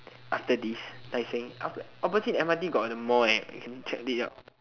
after this Tai-Seng aft~ opposite m_r_t got the mall eh we can check it out